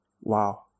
Wow